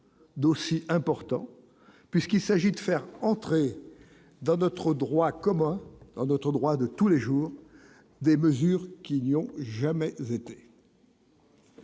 d'aussi important puisqu'il s'agit de faire entrer dans notre droit commun dans d'autres endroits de tous les jours des mesures qui n'ont jamais été.